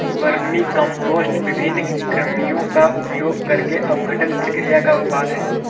vermicompost विभिन्न कृमियों का उपयोग करके अपघटन प्रक्रिया का उत्पाद है